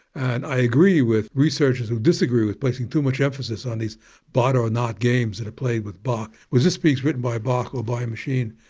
and i agree with researchers who disagree with placing too much emphasis on these bach but or not games that are played with bach. was this piece written by bach or by a machine?